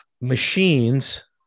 machines